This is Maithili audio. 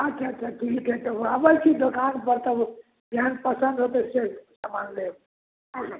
अच्छा अच्छा ठीक हइ तऽ आबै छी दोकानपर तब जेहन पसन्द हेतै से समान लेब